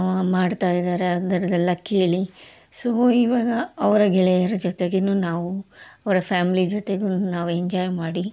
ಮಾಡ್ತಾಯಿದ್ದಾರೆ ಆ ಥರದ್ದೆಲ್ಲ ಕೇಳಿ ಸೊ ಇವಾಗ ಅವರ ಗೆಳೆಯರ ಜೊತೆಗೆನು ನಾವು ಅವರ ಫ್ಯಾಮ್ಲಿ ಜೊತೆಗು ನಾವು ಎಂಜಾಯ್ ಮಾಡಿ